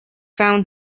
found